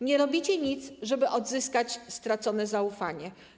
Nie robicie nic, żeby odzyskać stracone zaufanie.